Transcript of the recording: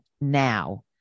now